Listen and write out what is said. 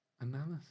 analysis